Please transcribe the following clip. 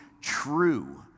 true